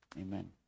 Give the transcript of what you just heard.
Amen